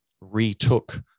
retook